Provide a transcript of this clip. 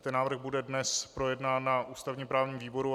Ten návrh bude dnes projednán v ústavněprávním výboru.